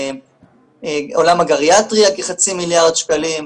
עולם הגריאטריה כחצי מיליארד שקלים,